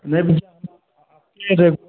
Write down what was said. नहीं नहीं